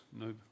no